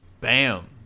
Bam